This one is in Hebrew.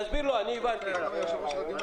אז נקודה ולהוריד למטה שורה לא יודע.